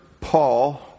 Paul